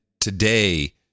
today